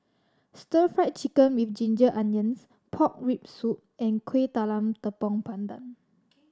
Stir Fried Chicken With Ginger Onions pork rib soup and Kueh Talam Tepong Pandan